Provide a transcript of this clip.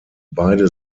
beide